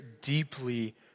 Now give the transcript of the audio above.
deeply